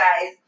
guys